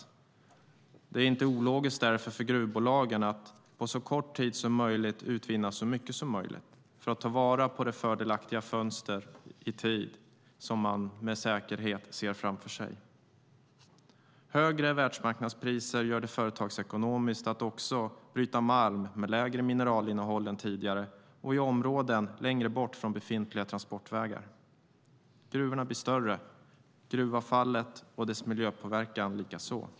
Det är därför inte ologiskt för gruvbolagen att på så kort tid som möjligt utvinna så mycket som möjligt för att i tid ta vara på det fördelaktiga fönster som man med säkerhet ser framför sig. Högre världsmarknadspriser gör det företagsekonomiskt lönsamt att bryta malm med lägre mineralinnehåll än tidigare och i områden längre bort från befintliga transportvägar. Gruvorna blir större, gruvavfallet och dess miljöpåverkan likaså.